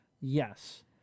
yes